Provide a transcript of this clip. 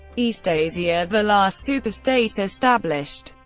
eastasia, the last superstate established,